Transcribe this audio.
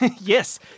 Yes